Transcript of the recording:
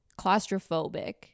claustrophobic